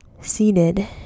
seated